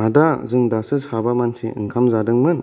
आदा जों दासो साबा मानसि ओंखाम जादोंमोन